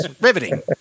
Riveting